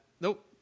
Nope